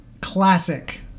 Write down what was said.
classic